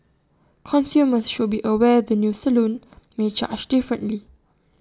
consumers should be aware the new salon may charge differently